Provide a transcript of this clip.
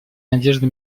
надежды